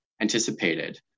anticipated